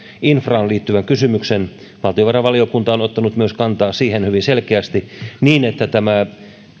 infraan liittyvän kysymyksen valtiovarainvaliokunta on ottanut kantaa myös siihen hyvin selkeästi niin että tämä